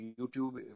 YouTube